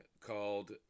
called